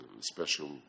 special